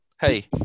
Hey